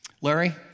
Larry